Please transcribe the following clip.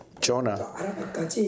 Jonah